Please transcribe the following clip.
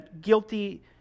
guilty